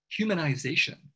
humanization